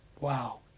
Wow